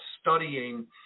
studying